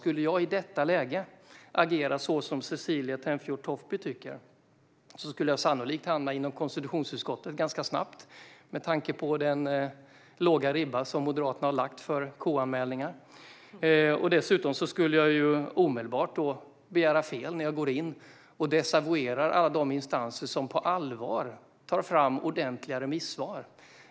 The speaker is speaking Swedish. Skulle jag i detta läge agera så som Cecilie Tenfjord-Toftby tycker skulle jag sannolikt hamna hos konstitutionsutskottet ganska snabbt, med tanke på den låga ribba som Moderaterna har lagt för KU-anmälningar. Dessutom skulle jag omedelbart göra fel om jag desavouerade alla de instanser som på allvar tar fram ordentliga remissvar.